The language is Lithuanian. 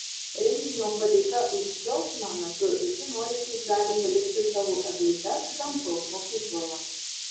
renginio padėka už džiaugsmą metu visi norintys gali palikti savo eglutes gamtos mokykloje